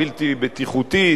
בלתי בטיחותית,